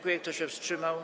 Kto się wstrzymał?